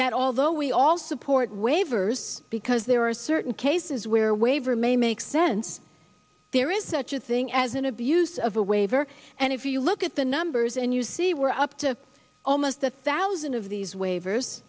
that although we all support waivers because there are certain cases where waiver may make sense there is such a thing as an abuse of a waiver and if you look at the numbers and you see we're up to almost a thousand of these waivers